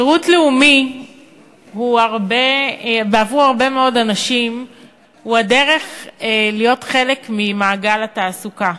שירות לאומי בעבור הרבה מאוד אנשים הוא הדרך להיות חלק ממעגל התעסוקה.